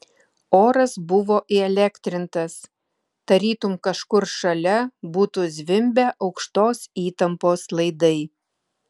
oras buvo įelektrintas tarytum kažkur šalia būtų zvimbę aukštos įtampos laidai